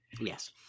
yes